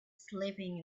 sleeping